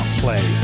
play